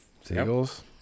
Seagulls